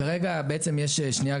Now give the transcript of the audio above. כרגע בעצם יש שנייה,